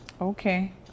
Okay